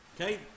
Okay